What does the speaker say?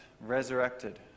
resurrected